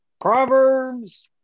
Proverbs